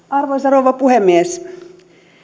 arvoisa rouva puhemies